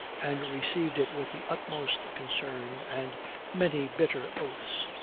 and received it with the utmost concern and many bitter oaths.